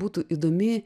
būtų įdomi